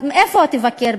איפה תבקר?